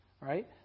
right